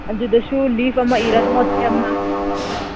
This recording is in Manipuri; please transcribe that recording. ꯑꯗꯨꯗꯁꯨ ꯂꯤꯐ ꯑꯃ ꯏꯔꯝꯃꯣ ꯆꯦ ꯑꯃ